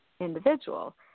individual